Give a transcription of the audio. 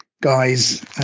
guys